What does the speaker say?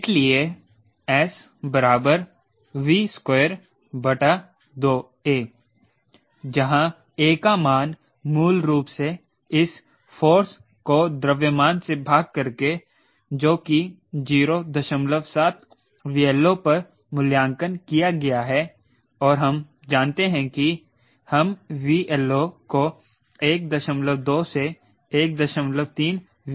इसलिए s V22a जहां a का मान मूल रूप से इस फोर्स को द्रव्यमान से भाग करके जो कि 07 𝑉LO पर मूल्यांकन किया गया है और हम जानते हैं कि हम 𝑉LO को 12 से 13 𝑉stall ले सकते हैं